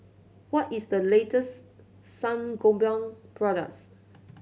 what is the latest Sangobion products